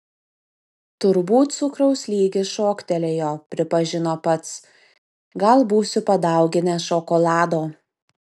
turbūt cukraus lygis šoktelėjo pripažino pats gal būsiu padauginęs šokolado